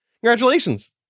Congratulations